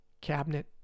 cabinet